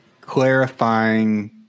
clarifying